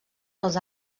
els